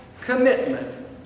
commitment